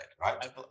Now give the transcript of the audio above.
right